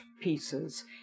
pieces